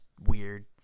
weird